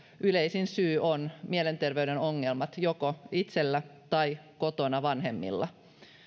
yleisin syy ovat mielenterveyden ongelmat joko itsellä tai kotona vanhemmilla